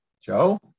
Joe